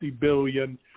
billion